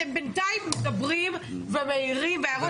אתם בינתיים מדברים ומעירים וההערות שלכם נשמעות